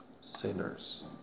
sinners